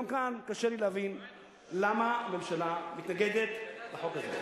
גם כאן, קשה לי להבין למה ממשלה מתנגדת לחוק הזה.